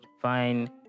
fine